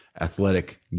athletic